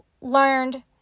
learned